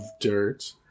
dirt